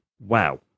wow